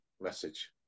message